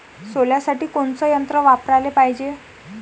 सोल्यासाठी कोनचं यंत्र वापराले पायजे?